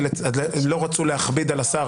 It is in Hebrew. ולא רצו להכביד על השר,